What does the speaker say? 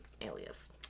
alias